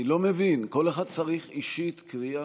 אני לא מבין, כל אחד צריך אישית קריאה?